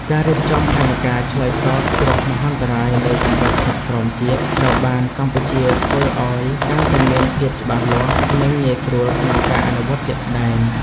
ការរៀបចំផែនការឆ្លើយតបគ្រោះមហន្តរាយនៅកម្រិតថ្នាក់ក្រោមជាតិ ត្រូវបានកម្ពុជាធ្វើឱ្យកាន់តែមានភាពច្បាស់លាស់ និងងាយស្រួលក្នុងការអនុវត្តជាក់ស្តែង។